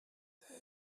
there